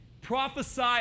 Prophesy